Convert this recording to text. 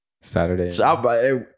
Saturday